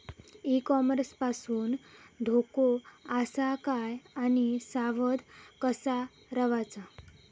E commerce पासून धोको आसा काय आणि सावध कसा रवाचा?